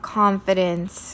confidence